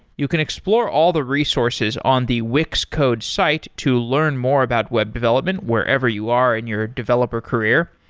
you can explore all the resources on the wix code's site to learn more about web development wherever you are in your developer career.